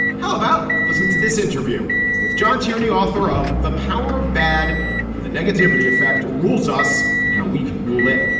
how about. listen to this interview with john tierney, author of the power of bad of the negativity effect rules us and how we can rule it